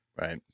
Right